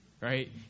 Right